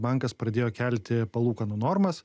bankas pradėjo kelti palūkanų normas